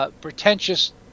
pretentious